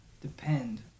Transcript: depend